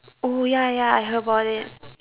oh ya ya I heard about it